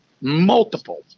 multiple